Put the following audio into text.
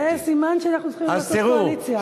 זה סימן שאנחנו צריכים לעשות קואליציה.